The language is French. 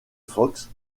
fox